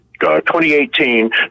2018